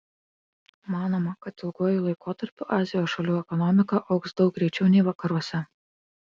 manoma kad ilguoju laikotarpiu azijos šalių ekonomika augs daug greičiau nei vakaruose